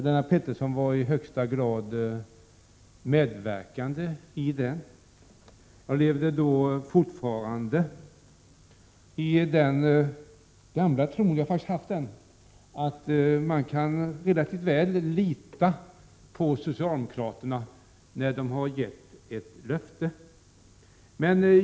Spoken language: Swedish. Lennart Pettersson var i högsta grad medverkande iden. Jag levde då fortfarande i den gamla tron — jag har faktiskt haft den — att man relativt väl kan lita på socialdemokraterna när de har gett ett löfte.